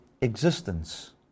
existence